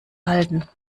halten